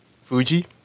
Fuji